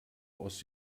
aus